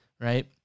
right